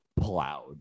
plowed